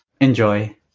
enjoy